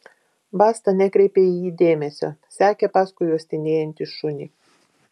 basta nekreipė į jį dėmesio sekė paskui uostinėjantį šunį